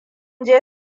je